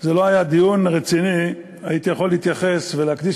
זה לא היה דיון רציני הייתי יכול להתייחס ולהקדיש